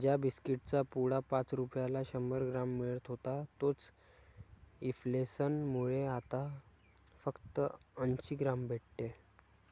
ज्या बिस्कीट चा पुडा पाच रुपयाला शंभर ग्राम मिळत होता तोच इंफ्लेसन मुळे आता फक्त अंसी ग्राम भेटते